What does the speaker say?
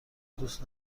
دوست